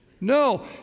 No